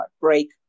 break